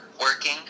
working